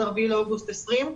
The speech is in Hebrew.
עד ה-4 באוגוסט 2020,